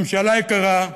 ממשלה יקרה: